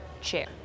chair